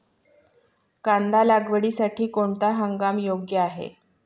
कांदा लागवडीसाठी कोणता हंगाम योग्य आहे?